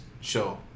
show